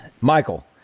Michael